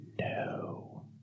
No